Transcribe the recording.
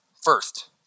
first